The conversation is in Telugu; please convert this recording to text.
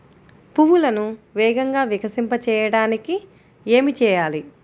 పువ్వులను వేగంగా వికసింపచేయటానికి ఏమి చేయాలి?